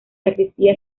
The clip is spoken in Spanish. sacristía